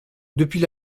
depuis